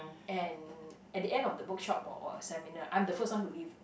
and at the end of the workshop or or seminar I'm the first one to leave